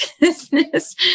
business